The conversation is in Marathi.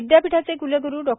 विद्यापीठाचे क्लग्रू डॉ